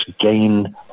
gain